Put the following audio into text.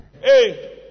hey